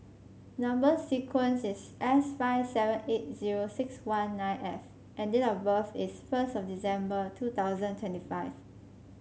number sequence is S five seven eight zero six one nine F and date of birth is first of December two thousand twenty five